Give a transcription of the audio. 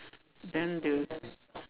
then they'll